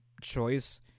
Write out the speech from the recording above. choice